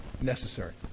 necessary